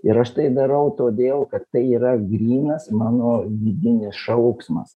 ir aš tai darau todėl kad tai yra grynas mano vidinis šauksmas